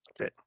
Okay